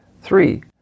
Three